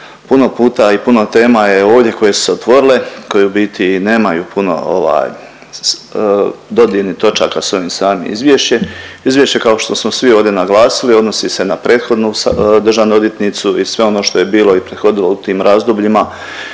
Puno puta i puno tema je ovdje koje su se otvorile koje u biti i nemaju puno dodirnih točaka s ovim samim izvješćem. Izvješće kao što smo svi ovdje naglasili odnosi se na prethodnu državnu odvjetnicu i sve ono što je bilo i prethodilo u tim razdobljima